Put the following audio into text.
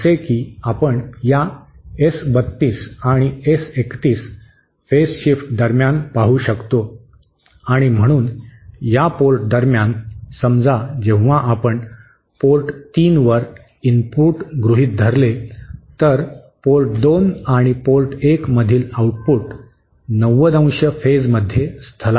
जसे की आपण या एस 32 आणि एस 31 फेज शिफ्ट दरम्यान पाहू शकतो आणि म्हणून या पोर्ट दरम्यान समजा जेव्हा आपण पोर्ट 3 वर इनपुट गृहीत धरले तर पोर्ट 2 आणि पोर्ट 1 मधील आउटपुट 90° फेज मध्ये स्थलांतरित होते